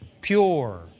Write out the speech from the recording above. pure